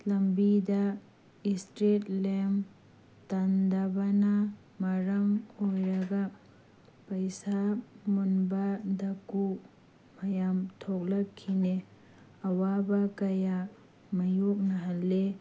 ꯂꯝꯕꯤꯗ ꯏꯁꯇ꯭ꯔꯤꯠ ꯂꯦꯝ ꯊꯥꯟꯗꯕꯅ ꯃꯔꯝ ꯑꯣꯏꯔꯒ ꯄꯩꯁꯥ ꯃꯨꯟꯕ ꯗꯥꯀꯨ ꯃꯌꯥꯝ ꯊꯣꯛꯂꯛꯈꯤꯅꯦ ꯑꯋꯥꯕ ꯀꯌꯥ ꯃꯥꯏꯌꯣꯛꯅꯍꯜꯂꯦ